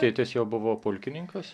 tėtis jau buvo pulkininkas